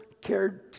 cared